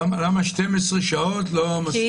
למה 12 לא טוב?